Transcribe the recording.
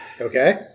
Okay